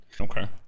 Okay